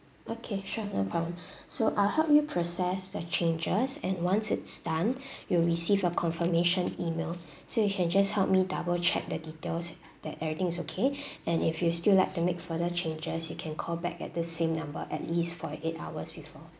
okay sure no problem so I'll help you process the changes and once it's done you'll receive a confirmation email so you can just help me double check the details that everything is okay and if you still like to make further changes you can call back at the same number at least forty eight hours before